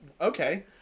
Okay